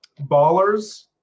Ballers